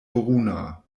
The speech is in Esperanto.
bruna